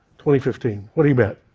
twenty fifteen, what do you bet?